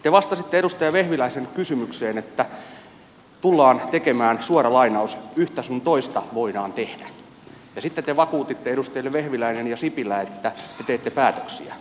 te vastasitte edustaja vehviläisen kysymykseen että yhtä sun toista voidaan tehdä ja sitten te vakuutitte edustajille vehviläinen ja sipilä että te teette päätöksiä